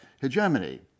hegemony